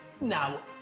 Now